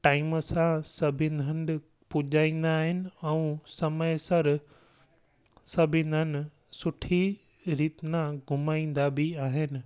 time सां सभिनि हंधि पुॼाईंदा आहिनि ऐं समयसर सभिनीनि सुठी रीति नाल घुमाईंदा बि आहिनि